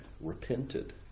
repented